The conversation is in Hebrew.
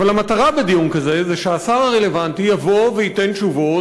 אבל המטרה בדיון כזה היא שהשר הרלוונטי יבוא וייתן תשובות,